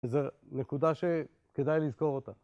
זה נקודה שכדאי לזכור אותה.